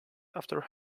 after